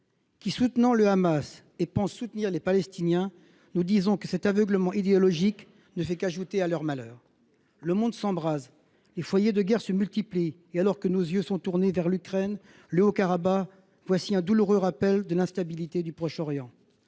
qui, soutenant le Hamas, pensent soutenir les Palestiniens, nous disons que cet aveuglement idéologique ne fait qu’ajouter au malheur de ces derniers. Le monde s’embrase, les foyers de guerre se multiplient, et, alors que nos yeux sont tournés vers l’Ukraine et le Haut-Karabagh, voilà un douloureux rappel de l’instabilité du Proche-Orient.